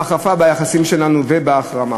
להחרפה ביחסים שלנו ולהחרמה.